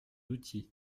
outil